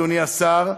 אדוני השר,